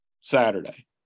Saturday